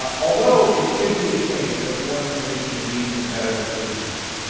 um although, it should be the case that more information leads to better decisions,